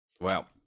Wow